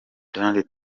donald